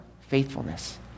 faithfulness